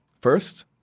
First